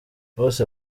bose